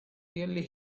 really